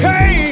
Hey